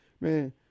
man